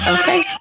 Okay